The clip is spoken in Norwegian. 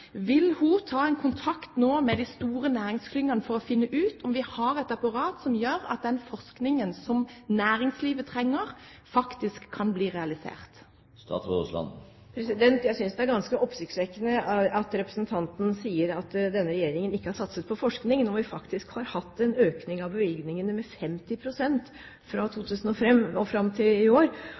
Vil hun ta kontakt nå med de store næringsklyngene for å finne ut om vi har et apparat som gjør at den forskningen som næringslivet trenger, faktisk kan bli realisert? Jeg synes det er ganske oppsiktsvekkende at representanten sier at denne regjeringen ikke har satset på forskning når vi faktisk har hatt en økning i bevilgningene med 50 pst. fra 2005 og fram til i år,